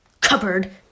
cupboard